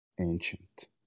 Ancient